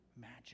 magic